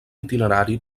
itinerari